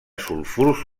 sulfurs